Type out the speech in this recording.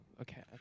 okay